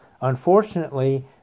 Unfortunately